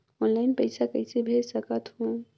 Online पइसा कइसे भेज सकत हो?